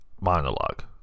monologue